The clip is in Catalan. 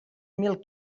mil